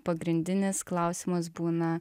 pagrindinis klausimas būna